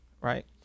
right